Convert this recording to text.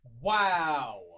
Wow